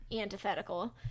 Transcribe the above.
antithetical